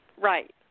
Right